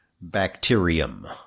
Bacterium